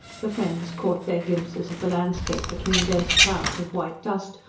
the friends caught their glimpses of the landscape between dense clouds of white dust,